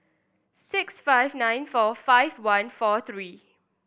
six five nine four five one four three